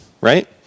right